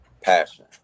passion